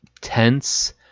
tense